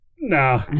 Nah